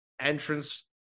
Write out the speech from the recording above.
entrance